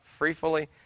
freefully